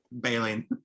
bailing